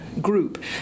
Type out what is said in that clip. group